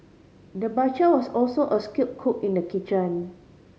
the butcher was also a skilled cook in the kitchen